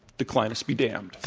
declinists be damned.